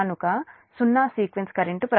కాబట్టి సున్నా sequence current ప్రవహిస్తుంది